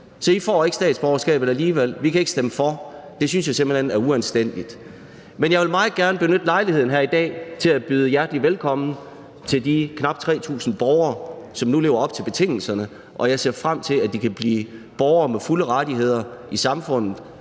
så I får ikke statsborgerskabet alligevel; vi kan ikke stemme for. Det synes jeg simpelt hen er uanstændigt. Men jeg vil meget gerne benytte lejligheden her i dag til at byde hjertelig velkommen til de knap 3.000 borgere, som nu lever op til betingelserne, og jeg ser frem til, at de kan blive borgere med fulde rettigheder i samfundet,